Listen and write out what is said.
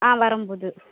ஆ வரும் போது